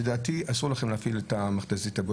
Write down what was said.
לדעתי אסור לכם להפעיל את ה"בואש",